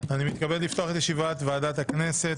אני מתכבד לפתוח את ישיבת ועדת הכנסת.